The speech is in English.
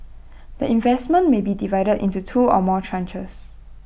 the investment may be divided into two or more tranches